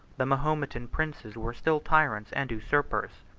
the mahometan princes were still tyrants and usurpers,